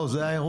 לא, זה האירוע.